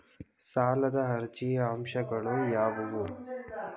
ಸಾಲದ ಅರ್ಜಿಯ ಅಂಶಗಳು ಯಾವುವು?